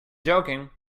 joking